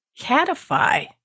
Catify